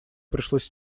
пришлось